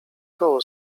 koło